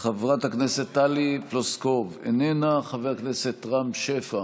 חברת הכנסת טלי פלוסקוב, איננה, חבר הכנסת רם שפע,